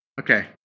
Okay